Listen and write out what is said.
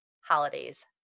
holidays